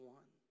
one